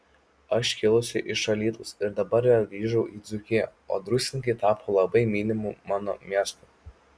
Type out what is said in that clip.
aš kilusi iš alytaus ir dabar vėl grįžau į dzūkiją o druskininkai tapo labai mylimu mano miestu